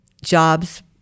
jobs